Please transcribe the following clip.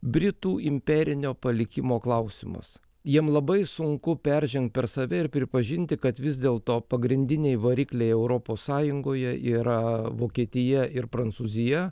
britų imperinio palikimo klausimas jiem labai sunku peržengt per save ir pripažinti kad vis dėl to pagrindiniai varikliai europos sąjungoje yra vokietija ir prancūzija